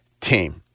team